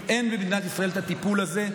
אין במדינת ישראל את הטיפול הזה.